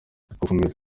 gukomeza